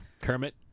Kermit